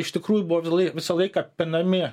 iš tikrųjų buvo vilai visą laiką penami